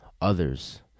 others